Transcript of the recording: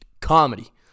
comedy